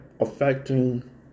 affecting